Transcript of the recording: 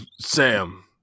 Sam